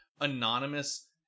anonymous